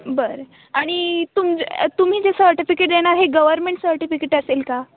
बरं आणि तुम तुम्ही जे सर्टिफिकेट देणार हे गव्हर्मेंट सर्टिफिकिट असेल का